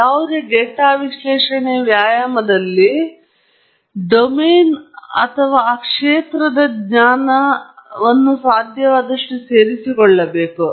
ಯಾವುದೇ ಡೇಟಾ ವಿಶ್ಲೇಷಣೆ ವ್ಯಾಯಾಮದಲ್ಲಿ ನಾವು ಡೊಮೇನ್ ಮತ್ತು ಮೊದಲು ಜ್ಞಾನವನ್ನು ಸಾಧ್ಯವಾದಷ್ಟು ಸೇರಿಸಿಕೊಳ್ಳಬೇಕು